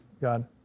God